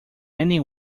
many